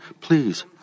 Please